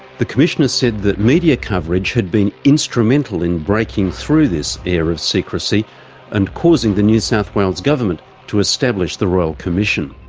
the commissioner said that media coverage had been instrumental in breaking through this air of secrecy and causing the new south wales government to establish the royal commission.